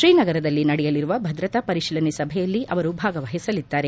ತ್ರೀನಗರದಲ್ಲಿ ನಡೆಯಲಿರುವ ಭದ್ರತಾ ಪರಿಶೀಲನೆ ಸಭೆಯಲ್ಲಿ ಅವರು ಭಾಗವಹಿಸಲಿದ್ದಾರೆ